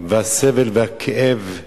והסבל והכאב,